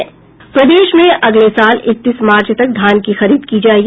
प्रदेश में अगले साल इकतीस मार्च तक धान की खरीद की जायेगी